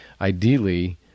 ideally